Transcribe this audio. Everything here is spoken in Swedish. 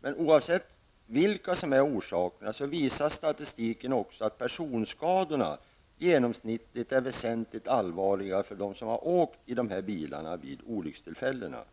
Men oavsett vilka orsakerna är visar statistiken också att personskadorna genomsnittligt är väsentligt allvarligare för dem som har åkt i dessa bilar vid olyckstillfällena.